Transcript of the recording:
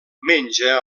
menja